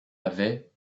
avait